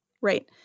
right